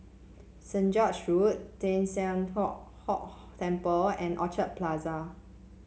Saint George's Road Teng San Hock Hock Temple and Orchard Plaza